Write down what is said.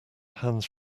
hands